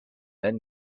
then